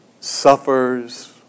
suffers